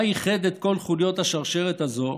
מה ייחד את כל חוליות השרשרת הזאת,